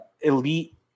elite